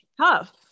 tough